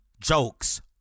jokes